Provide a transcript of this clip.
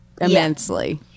immensely